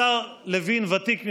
השר לוין ותיק ממני,